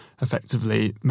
effectively